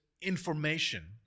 information